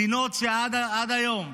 מדינות שעד היום,